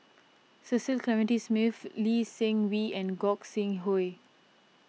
Cecil Clementi Smith Lee Seng Wee and Gog Sing Hooi